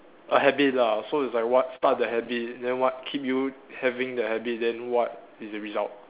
a habit lah so it's like what start the habit then what keep you having the habit then what is the result